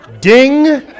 Ding